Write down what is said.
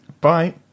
Bye